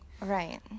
right